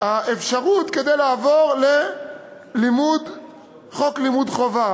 האפשרות כדי לעבור לחוק לימוד חובה.